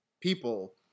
people